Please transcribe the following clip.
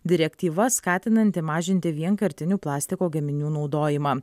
direktyva skatinanti mažinti vienkartinių plastiko gaminių naudojimą